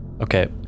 Okay